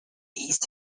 east